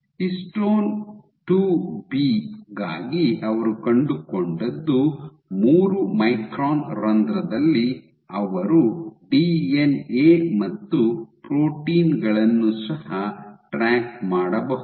histone 2ಬಿ ಗಾಗಿ ಅವರು ಕಂಡುಕೊಂಡದ್ದು ಮೂರು ಮೈಕ್ರಾನ್ ರಂಧ್ರದಲ್ಲಿ ಅವರು ಡಿಎನ್ಎ ಮತ್ತು ಪ್ರೋಟೀನ್ ಗಳನ್ನು ಸಹ ಟ್ರ್ಯಾಕ್ ಮಾಡಬಹುದು